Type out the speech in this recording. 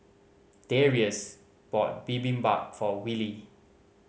Darius bought Bibimbap for Willie